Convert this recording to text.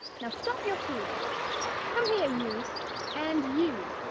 now stop your fooling come here, you and you.